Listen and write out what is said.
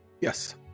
Yes